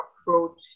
approach